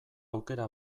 aukera